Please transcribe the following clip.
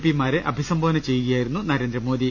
പിമാരെ അഭിസംബോധന ചെയ്യു കയായിരുന്നു നരേന്ദ്രമോദി